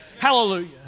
Hallelujah